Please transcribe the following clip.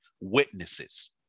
witnesses